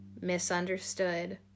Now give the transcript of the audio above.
misunderstood